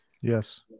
Yes